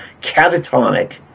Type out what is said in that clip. catatonic